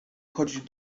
chodzić